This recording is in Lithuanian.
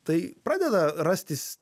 tai pradeda rastis